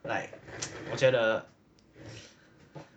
like 我觉得